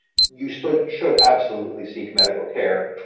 you should should absolutely seek medical care.